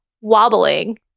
wobbling